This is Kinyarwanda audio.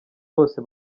bose